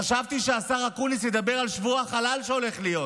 חשבתי שהשר אקוניס ידבר על שבוע החלל שהולך להיות,